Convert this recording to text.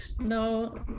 No